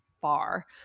far